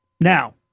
Now